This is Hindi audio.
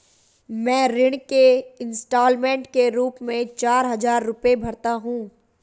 मैं ऋण के इन्स्टालमेंट के रूप में चार हजार रुपए भरता हूँ